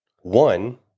One